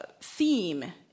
theme